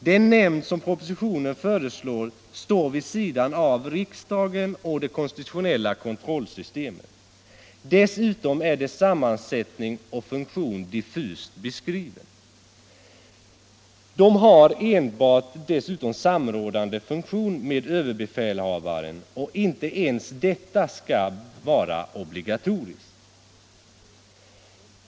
Den nämnd som propositionen föreslår står vid sidan av riksdagen och det konstitutionella kontrollsystemet. Dessutom är dess sammansättning och funktion diffust beskrivna. Den har enbart funktionen att samråda med överbefälhavaren, och inte ens detta är obligatoriskt.